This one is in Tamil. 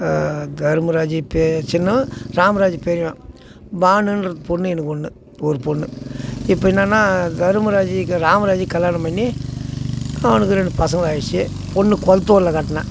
தர்மராஜ் பேர் சின்னவன் ராமராஜ் பெரியவன் பானுன்ற பொண்ணு எனக்கு ஒன்று ஒரு பொண்ணு இப்போ என்னன்னா தர்மராஜிக்கு ராமராஜிக்கு கல்யாணம் பண்ணி அவனுக்கும் ரெண்டு பசங்களாயிடுச்சு பொண்ணு கொளத்தூரில் கட்டினேன்